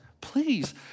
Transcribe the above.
Please